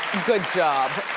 good job.